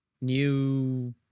new